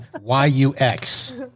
Y-U-X